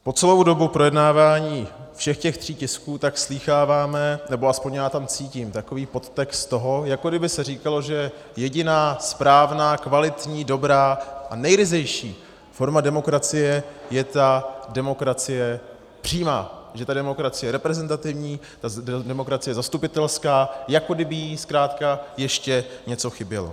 Po celou dobu projednávání všech těch tří tisků slýcháváme, nebo aspoň já tam cítím takový podtext toho, jako kdyby se říkalo, že jediná správná, kvalitní, dobrá a nejryzejší forma demokracie je ta demokracie přímá, že ta demokracie reprezentativní, ta demokracie zastupitelská, jako kdyby jí zkrátka ještě něco chybělo.